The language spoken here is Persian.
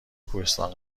کوهستان